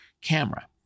camera